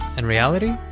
and reality?